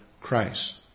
Christ